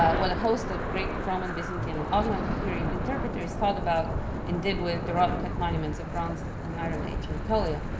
what a host of great roman byzantine and ottoman period interpreters thought about and did with the rock cut monuments of bronze and iron age in anatolia.